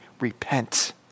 repent